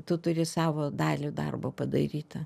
tu turi savo dalį darbo padarytą